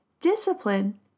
Discipline